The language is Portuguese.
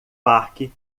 parque